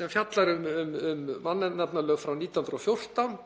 sem fjallar um mannanafnalög frá 1914,